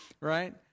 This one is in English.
right